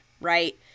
right